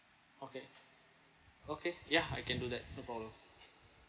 okay okay ya I can do that no problem